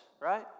right